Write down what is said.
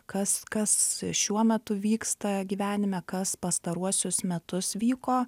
kas kas šiuo metu vyksta gyvenime kas pastaruosius metus vyko